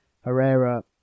Herrera